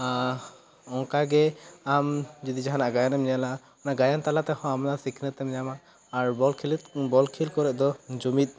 ᱚᱱᱠᱟ ᱜᱮ ᱟᱢ ᱡᱩᱫᱤ ᱡᱟᱦᱟᱱᱟᱜ ᱜᱟᱭᱟᱱ ᱮᱢ ᱧᱮᱞᱟ ᱚᱱᱟ ᱜᱟᱭᱟᱱ ᱛᱟᱞᱟ ᱛᱮ ᱦᱚᱸ ᱥᱤᱠᱷᱱᱟᱹᱛ ᱮᱢ ᱧᱟᱢᱟ ᱟᱨ ᱵᱚᱞ ᱠᱷᱮᱞᱚᱜ ᱵᱚᱞ ᱠᱷᱮᱞ ᱠᱚᱨᱮ ᱫᱚ ᱡᱩᱢᱤᱫ